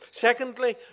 Secondly